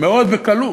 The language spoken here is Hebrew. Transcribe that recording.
מאוד בקלות,